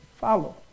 follow